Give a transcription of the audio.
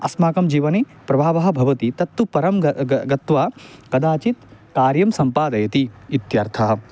अस्माकं जीवने प्रभावः भवति तत्तु परं ग ग गत्वा कदाचित् कार्यं सम्पादयति इत्यर्थः